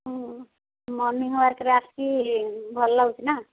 ହଁ ମର୍ଣ୍ଣିଂୱାକ୍ରେ ଆସିକି ଭଲ ଲାଗୁଛି ନା